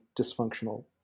dysfunctional